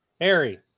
Harry